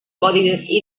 codi